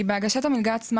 כי בהגשת המלגה עצמה,